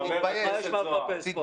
ברור, לך יש מה לחפש פה.